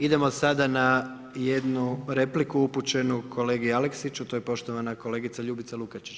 Idemo sada na jednu repliku upućenu kolegi Aleksiću, to je poštovana kolegica Ljubica Lukačić.